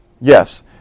yes